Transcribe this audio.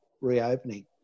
reopening